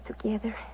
together